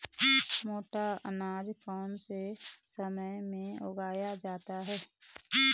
मोटा अनाज कौन से समय में उगाया जाता है?